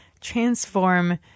transform